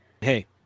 hey